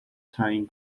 تعیین